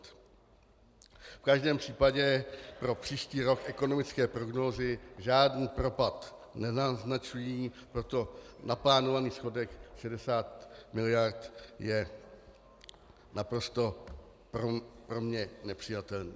V každém případě pro příští rok ekonomické prognózy žádný propad nenaznačují, proto naplánovaný schodek 60 mld. je naprosto pro mě nepřijatelný.